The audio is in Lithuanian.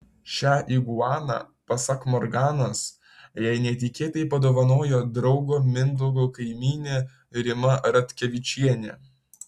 šią iguaną pasak morganos jai netikėtai padovanojo draugo mindaugo kaimynė rima ratkevičienė